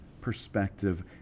perspective